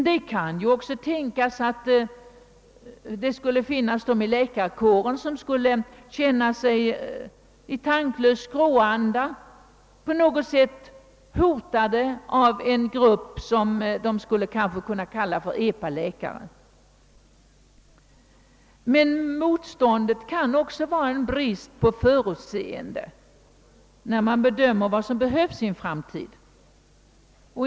Det kan också finnas läkare som i tanklös skråanda känner sig hotade av en grupp som de kanske skulle kunna kalla epaläkare. Motståndet kan emellertid också bero på brist på förutseende när man bedömer vad som behövs i en framtid.